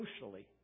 socially